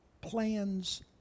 plans